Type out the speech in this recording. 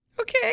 okay